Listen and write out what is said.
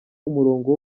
umurongo